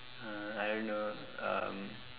uh I don't know um